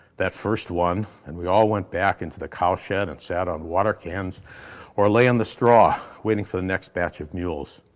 that first one, and we all went back into the cow shed and sat on water cans or lay on the straw waiting for the next batch of mules.